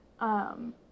um-